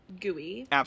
gooey